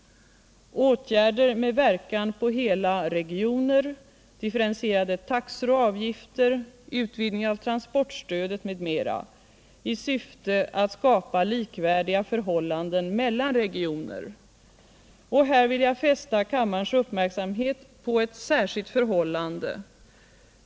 Åtgärder med verkan på hela regioner, differentierade taxor och avgifter, utvidgning av transportstödet m.m. i syfte att skapa likvärdiga förhållanden mellan regioner. Och här vill jag fästa kammarens uppmärksamhet på ett särskilt förhållande.